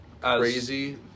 crazy